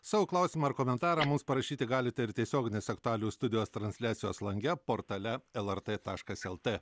savo klausimą ar komentarą mums parašyti galite ir tiesioginės aktualijų studijos transliacijos lange portale lrt taškas lt